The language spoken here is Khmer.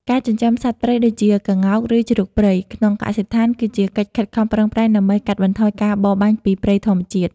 ការចិញ្ចឹមសត្វព្រៃដូចជា ក្ងោក ឬជ្រូកព្រៃ ក្នុងកសិដ្ឋាន គឺជាកិច្ចខិតខំប្រឹងប្រែងដើម្បីកាត់បន្ថយការបរបាញ់ពីព្រៃធម្មជាតិ។